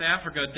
Africa